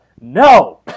No